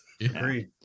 Agreed